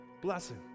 Blessing